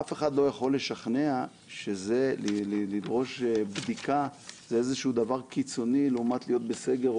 אף אחד לא יכול לשכנע שלדרוש בדיקה זה דבר קיצוני לעומת להיות בסגר,